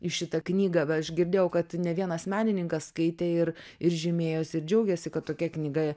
į šitą knygą aš girdėjau kad ne vienas menininkas skaitė ir ir žymėjosi ir džiaugėsi kad tokia knyga